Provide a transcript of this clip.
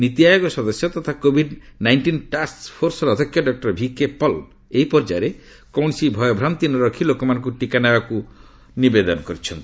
ନୀତି ଆୟୋଗ ସଦସ୍ୟ ତଥା କୋଭିଡ୍ ନାଇଷ୍ଟିନ୍ ଟାସ୍କ ଫୋର୍ସର ଅଧ୍ୟକ୍ଷ ଡକ୍ଟର ଭିକେ ପଲ୍ ଏହି ପର୍ଯ୍ୟାୟରେ କୌଣସି ଭୟଭ୍ରାନ୍ତି ନ ରଖି ଲୋକମାନଙ୍କୁ ଟିକା ନେବାକୁ ଆହ୍ବାନ ଦେଇଛନ୍ତି